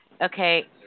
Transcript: okay